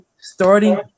starting